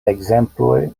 ekzemploj